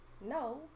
no